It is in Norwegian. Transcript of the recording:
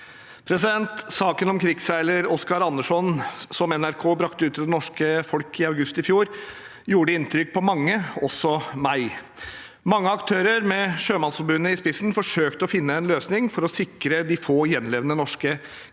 krigen. Saken om krigsseiler Oscar Anderson, som NRK brakte ut til det norske folk i august i fjor, gjorde inntrykk på mange, også meg. Mange aktører, med Sjømannsforbundet i spissen, forsøkte å finne en løsning for å sikre de få gjenlevende norske krigsseilerne